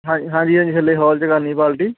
ਹਾਂ ਹਾਂਜੀ ਹਾਂਜੀ ਥੱਲੇ ਹੋਲ 'ਚ ਕਰਨੀ ਪਾਲਟੀ